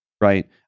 Right